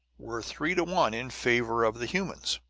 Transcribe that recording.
we're three to one in favor of the humans!